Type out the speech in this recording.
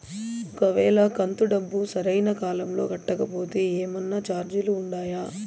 ఒక వేళ కంతు డబ్బు సరైన కాలంలో కట్టకపోతే ఏమన్నా చార్జీలు ఉండాయా?